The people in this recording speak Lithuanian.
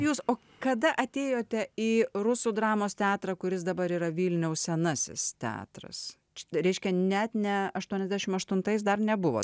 jūs o kada atėjote į rusų dramos teatrą kuris dabar yra vilniaus senasis teatras čia reiškia net ne aštuoniasdešimt aštuntais dar nebuvo